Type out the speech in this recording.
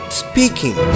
speaking